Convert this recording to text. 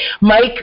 Mike